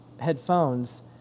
headphones